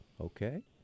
okay